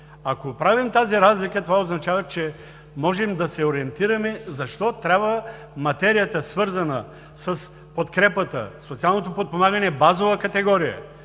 Ако правим тази разлика, това означава, че можем да се ориентираме защо трябва материята, свързана с подкрепата – социалното подпомагане е базова категория,